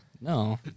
no